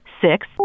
six